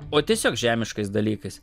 o tiesiog žemiškais dalykais